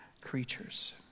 creatures